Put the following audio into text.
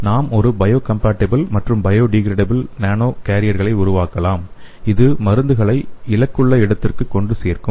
நாம் ஒரு பயொகம்பேடபிள் மற்றும் பயோடீகிரேடபிள் நானோ கேரியர்களை உருவாக்கலாம் இது மருந்துகளை இலக்குள்ள இடத்திற்கு கொண்டு சேர்க்கும்